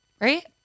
right